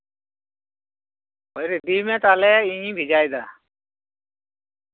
ᱦᱳᱭ ᱨᱮᱰᱤ ᱢᱮ ᱛᱟᱦᱚᱞᱮ ᱤᱧᱤᱧ ᱵᱷᱮᱡᱟᱭᱮᱫᱟ